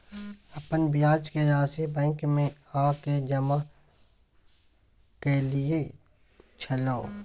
अपन ब्याज के राशि बैंक में आ के जमा कैलियै छलौं?